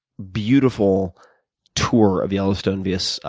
beautiful tour of yellowstone via so